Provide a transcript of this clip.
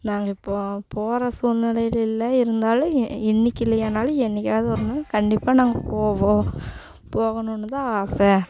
நாங்கள் இப்போது போகிற சூல்நிலையில் இல்லை இருந்தாலும் இ இன்றைக்கு இல்லையானாலும் என்றைக்காவது ஒரு நாள் கண்டிப்பாக நாங்கள் போவோம் போகணும்னு தான் ஆசை